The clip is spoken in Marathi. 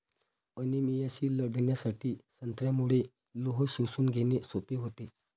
अनिमियाशी लढण्यासाठी संत्र्यामुळे लोह शोषून घेणे सोपे होते